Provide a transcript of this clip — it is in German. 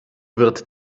wird